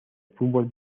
fútbol